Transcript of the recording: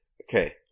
Okay